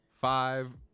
five